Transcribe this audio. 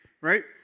right